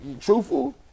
truthful